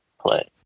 play